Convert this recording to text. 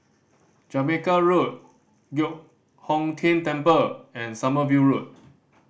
Jamaica Road Giok Hong Tian Temple and Sommerville Road